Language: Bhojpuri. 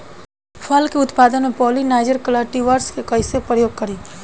फल के उत्पादन मे पॉलिनाइजर कल्टीवर्स के कइसे प्रयोग करी?